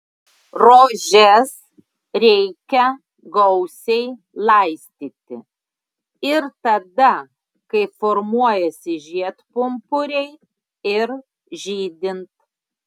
rožes reikia gausiai laistyti ir tada kai formuojasi žiedpumpuriai ir žydint